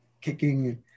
kicking